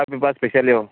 च्या पिवपाक स्पॅशल यो